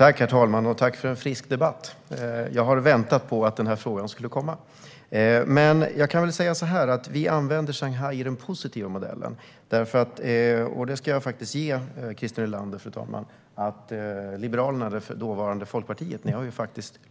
Fru talman! Jag tackar för en frisk debatt. Jag har väntat på att den här frågan skulle komma. Jag kan väl säga så här: Vi använder Shanghai i den positiva modellen. Jag ska faktiskt ge Christer Nylander att Liberalerna, dåvarande Folkpartiet, har